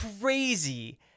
crazy